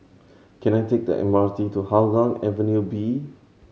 can I take the M R T to Hougang Avenue B